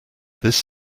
this